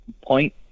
point